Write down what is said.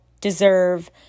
deserve